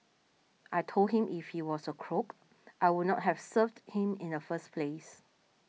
I told him if he was a crook I would not have served him in the first place